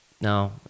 No